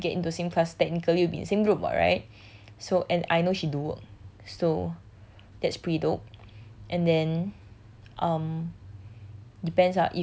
so ob~ obviously if you were to get into same class technical you'll be in the same group [what] right so and I know she do work so that's pretty dope and then um